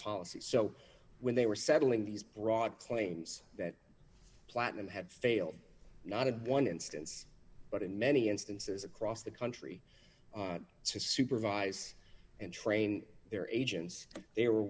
policy so when they were settling these broad claims that platinum had failed not of one instance but in many instances across the country to supervise and train their agents they were